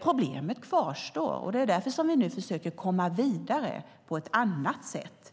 Problemet kvarstår, och det är därför som vi nu försöker att komma vidare på ett annat sätt.